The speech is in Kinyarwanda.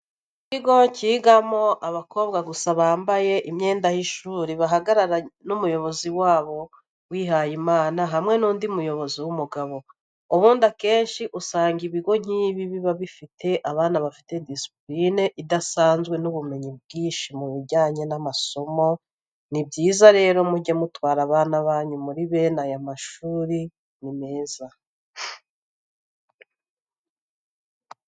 Ikigo kigamo abakobwa gusa bambaye imyenda y'ishuri, bahagararanye n'umuyobozi wabo wihayimana, hamwe n'undi muyobozi w'umugabo. Ubundi akenshi usanga ibigo nk'ibi biba bifite abana bafite disipurine idasanzwe n'ubumenyi bwinshi mubijyanye n'amasomo, ni byiza rero mujye mutwara abana banyu muri bene aya mashuri ni meza.